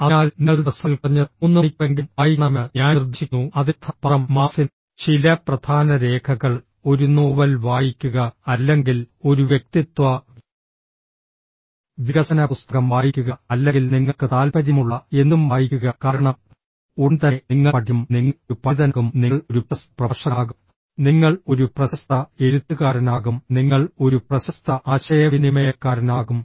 അതിനാൽ നിങ്ങൾ ദിവസത്തിൽ കുറഞ്ഞത് 3 മണിക്കൂറെങ്കിലും വായിക്കണമെന്ന് ഞാൻ നിർദ്ദേശിക്കുന്നു അതിനർത്ഥം പത്രം മാഗസിൻ ചില പ്രധാന രേഖകൾ ഒരു നോവൽ വായിക്കുക അല്ലെങ്കിൽ ഒരു വ്യക്തിത്വ വികസന പുസ്തകം വായിക്കുക അല്ലെങ്കിൽ നിങ്ങൾക്ക് താൽപ്പര്യമുള്ള എന്തും വായിക്കുക കാരണം ഉടൻ തന്നെ നിങ്ങൾ പഠിക്കും നിങ്ങൾ ഒരു പണ്ഡിതനാകും നിങ്ങൾ ഒരു പ്രശസ്ത പ്രഭാഷകനാകും നിങ്ങൾ ഒരു പ്രശസ്ത എഴുത്തുകാരനാകും നിങ്ങൾ ഒരു പ്രശസ്ത ആശയവിനിമയക്കാരനാകും